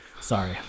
Sorry